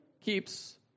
keeps